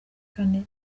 kane